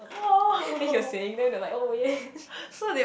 then he was saying then they like oh yeah